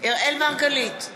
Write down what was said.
אראל מרגלית,